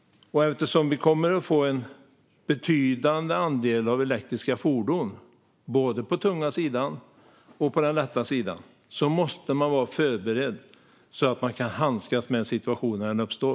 Eftersom vi kommer att få en betydande andel elektriska fordon, både på den tunga sidan och på den lätta sidan, måste man vara förberedd så att man kan handskas med en situation när den uppstår.